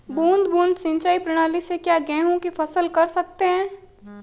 बूंद बूंद सिंचाई प्रणाली से क्या गेहूँ की फसल कर सकते हैं?